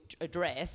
address